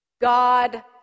God